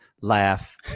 Laugh